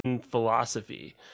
philosophy